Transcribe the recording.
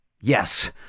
yes